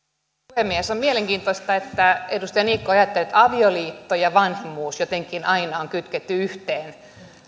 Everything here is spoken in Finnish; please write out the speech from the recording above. puhemies on mielenkiintoista että edustaja niikko ajattelee että avioliitto ja vanhemmuus jotenkin aina on kytketty yhteen